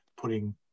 putting